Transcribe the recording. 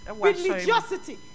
religiosity